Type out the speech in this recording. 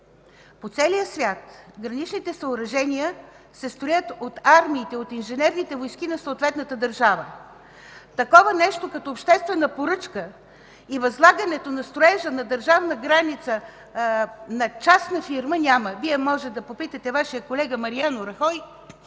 по целия свят граничните съоръжения се строят от армиите, от инженерните войски на съответната държава. Такова нещо като обществена поръчка и възлагането на строежа на държавна граница на частна фирма няма. Вие може да попитате Вашия колега Мариано Рахой.